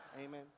Amen